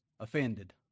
offended